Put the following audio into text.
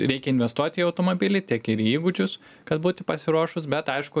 reikia investuot į automobilį tiek ir į įgūdžius kad būti pasiruošus bet aišku